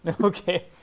Okay